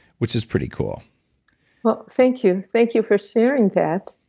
which is pretty cool well thank you, thank you for sharing that.